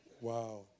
wow